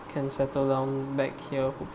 can settle down back here